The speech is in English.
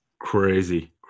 crazy